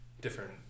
different